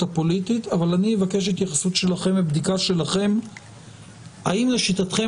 הפוליטית אבל אני אבקש התייחסות שלכם ובדיקה שלכם האם לשיטתכם